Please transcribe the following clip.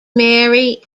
mary